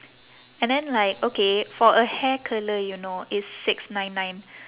and then like okay for a hair curler you know it's six nine nine